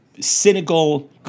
Cynical